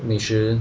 美食